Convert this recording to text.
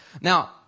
Now